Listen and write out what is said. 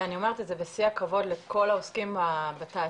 ואני אומרת את זה בשיא הכבוד לכל העוסקים בתעשייה,